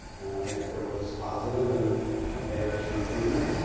and i think there was positive and areas for improvement.